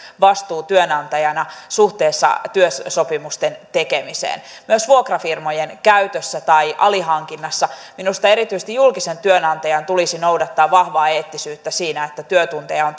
vastuu työnantajana suhteessa työsopimusten tekemiseen myös vuokrafirmojen käytössä tai alihankinnassa minusta erityisesti julkisen työnantajan tulisi noudattaa vahvaa eettisyyttä siinä että työtunteja on